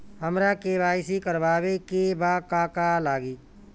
हमरा के.वाइ.सी करबाबे के बा का का लागि?